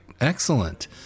excellent